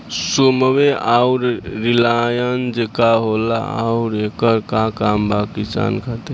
रोम्वे आउर एलियान्ज का होला आउरएकर का काम बा किसान खातिर?